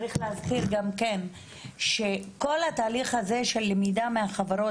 צריך להזכיר גם כן שכל התהליך הזה של למידה מהחברות,